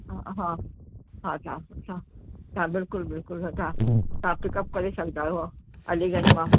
हा हा अच्छा अच्छा हा बिल्कुलु बिल्कुलु तव्हां पिकअप करे सघंदा आहियो अलीगंज मां